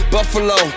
Buffalo